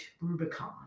Rubicon